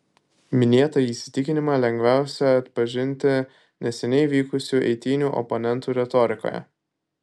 minėtą įsitikinimą lengviausia atpažinti neseniai vykusių eitynių oponentų retorikoje